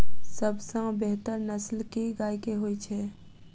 सबसँ बेहतर नस्ल केँ गाय केँ होइ छै?